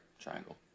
triangle